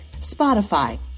Spotify